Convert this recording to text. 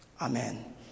Amen